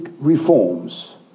reforms